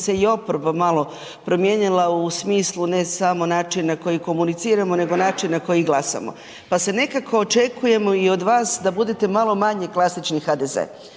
se i oporba malo promijenila u smislu ne samo način na koji komuniciramo nego načina koji glasamo. Pa se nekako očekujemo i od vas da budete malo manje klasični HDZ.